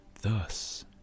Thus